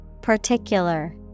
Particular